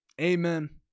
Amen